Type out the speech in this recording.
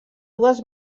dues